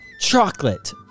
Chocolate